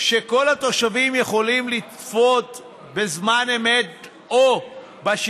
שכל התושבים יכולים לצפות בזמן אמת בשידור,